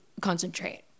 concentrate